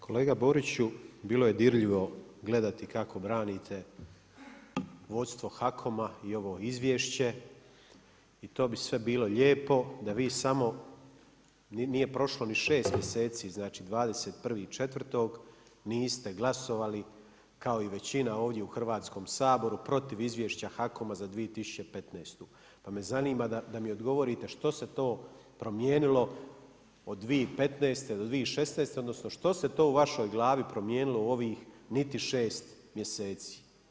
Kolega Boriću, bilo je dirljivo gledati kako branite vodstvo HAKOM-a i ovo izvješće i to bi sve bilo lijepo da vi samo, nije prošlo ni 6 mjeseci, znači 21. četvrtog, niste glasovali kao i većina ovdje u Hrvatskom saboru protiv izvješća HAKOM-a za 2015., pa me zanima da mi odgovorite što se to promijenilo od 2015. do 2016., odnosno što se to u vašoj glavi promijenilo u ovih niti 6 mjeseci.